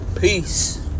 Peace